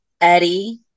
Eddie